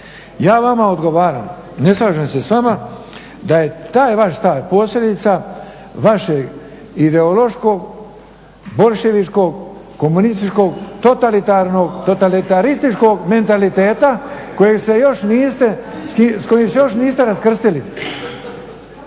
Ja vama odgovaram i ne slažem se s vama da je taj vaš stav posljedica vašeg ideološkog boljševičkog, komunističkog, totalitarnog, totalitarističkog mentaliteta s kojim još niste raskrstili.